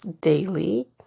daily